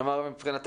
כלומר, את